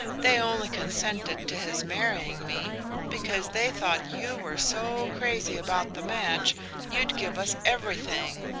they only consented to his marrying me because they thought you were so crazy about the match you'd give us everything,